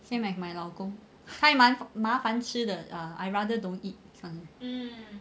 same as my 老公还蛮麻烦吃的 err I rather don't eat sometimes